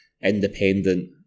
independent